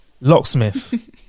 locksmith